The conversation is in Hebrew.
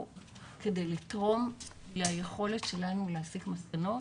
כדי לתרום ליכולת שלנו להסיק מסקנות.